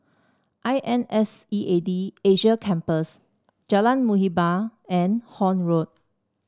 I N S E A D Asia Campus Jalan Muhibbah and Horne Road